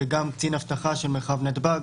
וגם קצין אבטחה של מרחב נתב"ג.